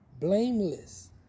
blameless